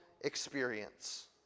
experience